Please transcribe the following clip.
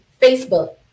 Facebook